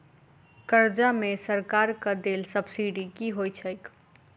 कर्जा मे सरकारक देल सब्सिडी की होइत छैक?